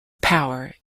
power